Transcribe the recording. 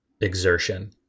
exertion